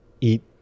eat